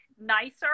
nicer